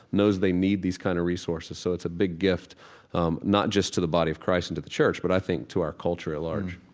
knows they need these kind of resources. so it's big gift um not just to the body of christ and to the church, but i think to our culture at large